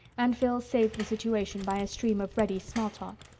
and phil saved the situation by a stream of ready small talk.